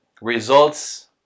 results